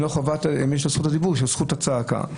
אם לא זכות הדיבור זכות הצעקה.